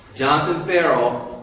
jonathan ferrell